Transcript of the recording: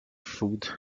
food